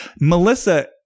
Melissa